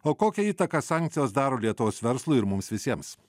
o kokią įtaką sankcijos daro lietuvos verslui ir mums visiems